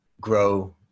grow